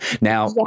Now